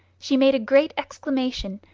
she made a great exclamation,